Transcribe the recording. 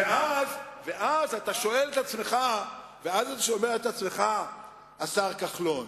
ואז אתה שואל את עצמך, השר כחלון: